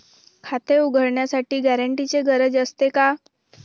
खाते उघडण्यासाठी गॅरेंटरची गरज असते का?